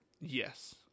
yes